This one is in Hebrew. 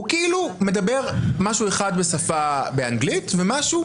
הוא כאילו מדבר משהו אחד באנגלית ומשהו